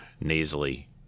nasally